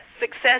success